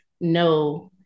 no